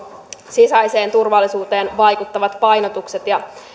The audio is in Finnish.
sisäiseen turvallisuuteen vaikuttavat painotukset ja